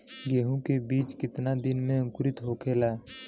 गेहूँ के बिज कितना दिन में अंकुरित होखेला?